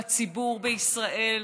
לציבור בישראל,